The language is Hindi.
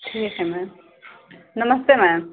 ठीक है मैम नमस्ते मैम